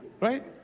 right